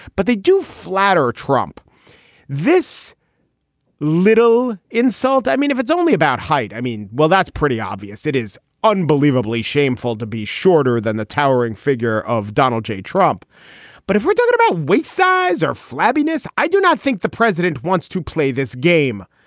but they do flatter trump this little insult. i mean, if it's only about height, i mean. well, that's pretty obvious. it is unbelievably shameful to be shorter than the towering figure of donald j. trump but if we're talking about waist size or flabbiness, i do not think the president wants to play this game.